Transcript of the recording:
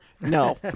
no